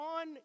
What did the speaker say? on